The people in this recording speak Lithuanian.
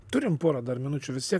turim porą dar minučių vistiek